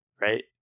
Right